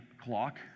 clock